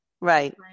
Right